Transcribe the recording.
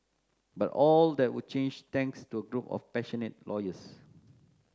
but all that would change thanks to a group of passionate lawyers